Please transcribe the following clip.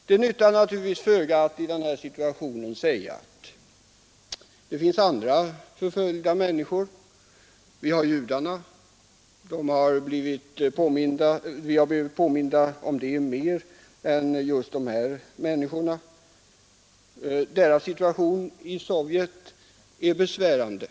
Det nyttar naturligtvis föga att i denna situation säga att det finns andra förföljda människor. Vi har t.ex. judarna, som vi har blivit mer påminda om än om just dessa människor. Deras situation i Sovjet är besvärande.